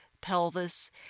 pelvis